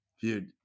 Dude